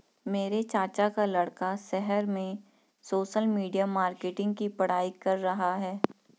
मेरे चाचा का लड़का शहर में सोशल मीडिया मार्केटिंग की पढ़ाई कर रहा है